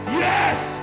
yes